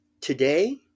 today